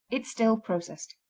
it's still processed.